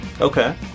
Okay